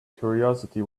curiosity